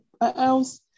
else